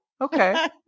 Okay